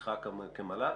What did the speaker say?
בתפקידך כמל"ל?